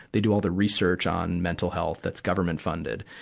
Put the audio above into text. they do all the research on mental health that's government funded.